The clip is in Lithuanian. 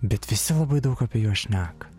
bet visi labai daug apie juos šneka